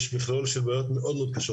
יש מכלול של בעיות קשות